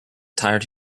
tired